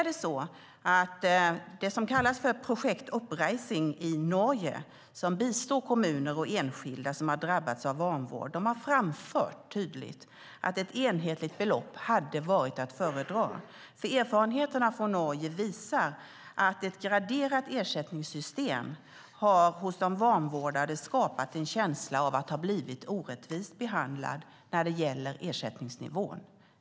Det som kallas för Prosjekt Oppreisning i Norge, som bistår kommuner i deras arbete med sådana här frågor och enskilda som har drabbats av vanvård, har framfört tydligt att ett enhetligt belopp hade varit att föredra, för erfarenheterna från Norge visar att ett graderat ersättningssystem hos de vanvårdade har skapat en känsla av att ha blivit orättvist behandlade när det gäller ersättningsnivån.